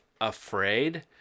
afraid